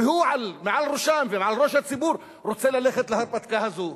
והוא על ראש הציבור רוצה ללכת להרפתקה הזאת.